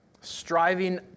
Striving